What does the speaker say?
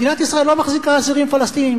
מדינת ישראל לא מחזיקה אסירים פלסטינים,